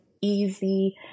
easy